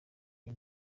iyi